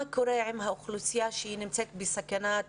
מה קורה עם האוכלוסייה שנמצאת בסכנת